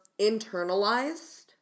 internalized